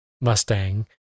Mustang